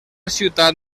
ciutat